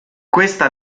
questa